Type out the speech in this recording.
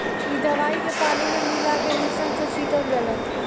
इ दवाई के पानी में मिला के मिशन से छिटल जाला